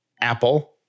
Apple